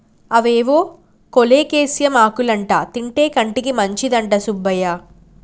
అవేవో కోలేకేసియం ఆకులంటా తింటే కంటికి మంచిదంట సుబ్బయ్య